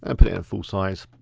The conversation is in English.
and put it on full size,